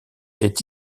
est